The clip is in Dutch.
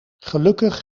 gelukkig